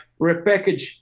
repackage